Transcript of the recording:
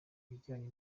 ibijyanye